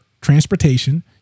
transportation